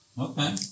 Okay